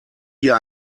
hier